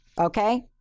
okay